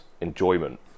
enjoyment